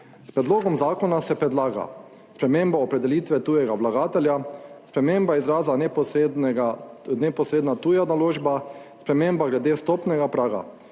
S predlogom zakona se predlaga sprememba opredelitve tujega vlagatelja, sprememba izraza neposredna tuja naložba, sprememba glede vstopnega praga,